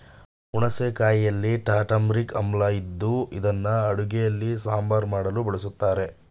ಹುಣಸೆ ಕಾಯಿಯಲ್ಲಿ ಟಾರ್ಟಾರಿಕ್ ಆಮ್ಲ ಇದ್ದು ಇದನ್ನು ಅಡುಗೆಯಲ್ಲಿ ಸಾಂಬಾರ್ ಮಾಡಲು ಬಳಸ್ತರೆ